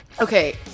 Okay